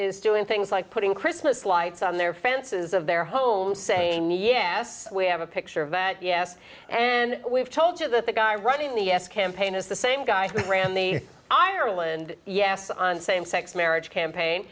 is doing things like putting christmas lights on their fences of their home saying yes we have a picture of yes and we've told you that the guy running the yes campaign is the same guy who ran the ireland yes on same sex marriage campaign